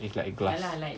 it's like glass